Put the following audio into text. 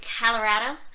Colorado